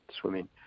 swimming